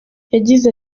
yagize